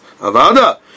Avada